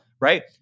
Right